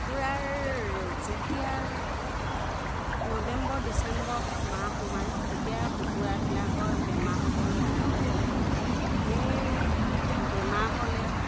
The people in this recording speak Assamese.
কুকুৰাৰ যেতিয়া নৱেম্বৰ ডিচেম্বৰ মাহ সোমায় তেতিয়া কুকুৰাবিলাকৰ বেমাৰ হ'বলৈ আৰম্ভ কৰে সেই বেমাৰ হ'লে